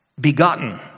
begotten